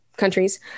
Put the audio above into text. countries